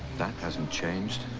that hasn't changed.